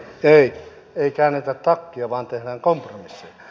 ei ei käännetä takkia vaan tehdään kompromisseja